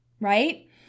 right